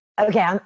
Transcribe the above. Okay